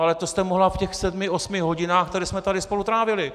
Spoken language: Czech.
Ale to jste mohla v těch sedmi osmi hodinách, které jsme tady spolu trávili.